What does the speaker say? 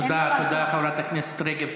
תודה, תודה, חברת הכנסת רגב.